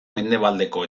mendebaldeko